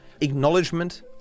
acknowledgement